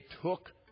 took